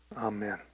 Amen